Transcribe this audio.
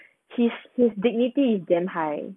his his dignity is damn high